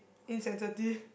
insensitive